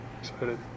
excited